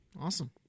Awesome